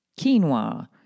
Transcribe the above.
quinoa